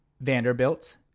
Vanderbilt